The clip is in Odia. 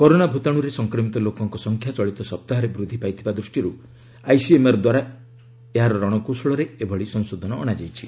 କରୋନା ଭ୍ତାଣୁରେ ସଂକ୍ରମିତ ଲୋକଙ୍କ ସଂଖ୍ୟା ଚଳିତ ସପ୍ତାହରେ ବୃଦ୍ଧି ପାଇଥିବା ଦୃଷ୍ଟିରୁ ଆଇସିଏମ୍ଆର୍ ଦ୍ୱାରା ଏହାର ରଣକୌଶଳରେ ଏହି ସଂଶୋଧନ ଅଣାଯାଇଛି